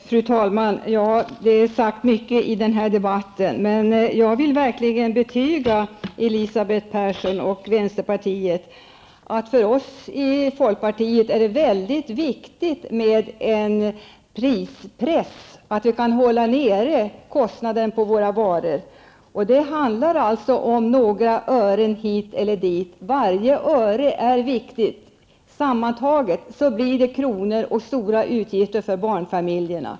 Fru talman! Det har sagts mycket i denna debatt. Jag vill verkligen övertyga Elisabeth Persson och vänsterpartiet om att det för oss i folkpartiet liberalerna är väldigt viktigt med en prispress, dvs. att vi kan hålla nere kostnaderna för våra varor. Det handlar också om några ören hit eller dit. Varje öre är faktiskt viktigt. Sammantaget blir det kronor och stora utgifter för bl.a. barnfamiljerna.